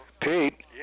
Pete